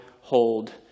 hold